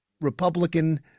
Republican